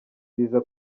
biza